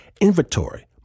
inventory